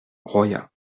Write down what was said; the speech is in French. royat